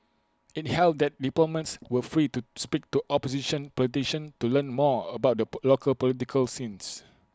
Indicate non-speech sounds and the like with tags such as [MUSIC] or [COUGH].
IT held that diplomats were free to speak to opposition politicians to learn more about the [UNINTELLIGIBLE] local political scene